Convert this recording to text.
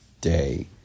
day